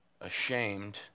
ashamed